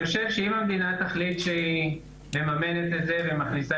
אני חושב שאם המדינה מממנת את זה ומכניסה